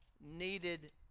needed